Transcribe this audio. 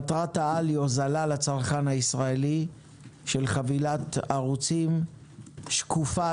מטרת העל היא הוזלה לצרכן הישראלי של חבילת ערוצים שקופה,